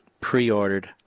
pre-ordered